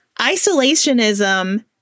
isolationism